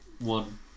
one